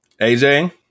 AJ